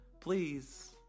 please